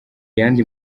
yandi